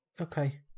Okay